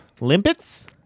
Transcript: Limpets